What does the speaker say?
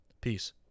Peace